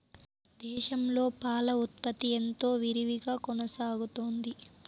దేశంలో పాల ఉత్పత్తి ఎంతో విరివిగా కొనసాగుతోంది